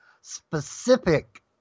specific